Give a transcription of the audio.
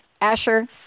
Asher